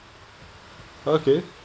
okay